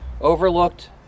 overlooked